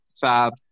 fab